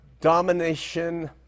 domination